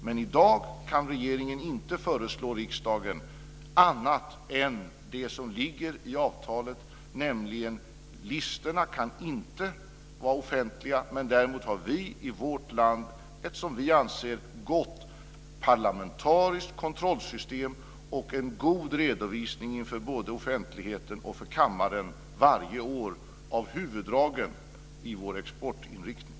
Men i dag kan regeringen inte föreslå riksdagen annat än det som ligger i avtalet, dvs. listorna kan inte vara offentliga. Däremot har vi i vårt land ett som vi anser gott parlamentariskt kontrollsystem och en god redovisning inför både offentligheten och kammaren varje år av huvuddragen i vår exportinriktning.